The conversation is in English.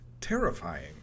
terrifying